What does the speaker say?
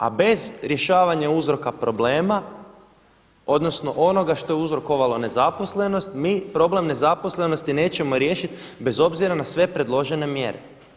A bez rješavanja uzroka problema odnosno onoga što je uzrokovalo nezaposlenost mi problem nezaposlenosti nećemo riješiti bez obzira na sve predložene mjere.